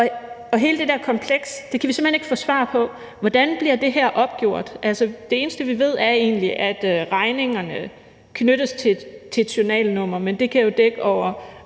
og hele det der kompleks kan vi simpelt hen ikke få svar på. Hvordan bliver det her opgjort? Det eneste, vi ved, er egentlig, at regningerne knyttes til et journalnummer, men det kan jo dække over